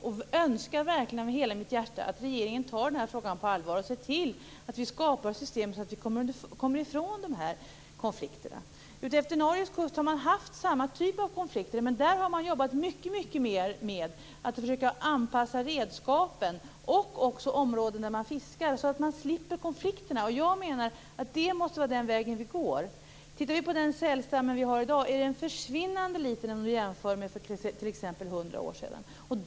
Jag önskar verkligen av hela mitt hjärta att regeringen tar den här frågan på allvar och ser till att vi skapar system som gör att vi kommer ifrån konflikterna. Utefter Norges kust har man haft samma typ av konflikter. Men där har man jobbat mycket mer med att försöka anpassa redskapen och även områdena där man fiskar så att man slipper konflikterna. Jag menar att det måste vara den väg vi skall gå. Den sälstam vi har i dag är försvinnande liten jämfört med för t.ex. 100 år sedan.